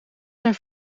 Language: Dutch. zijn